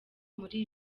muri